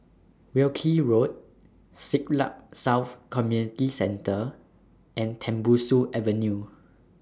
Wilkie Road Siglap South Community Centre and Tembusu Avenue